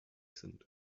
sind